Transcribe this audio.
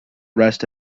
rest